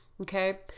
Okay